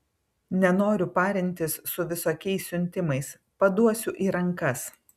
nenoriu parintis su visokiais siuntimais paduosiu į rankas